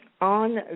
On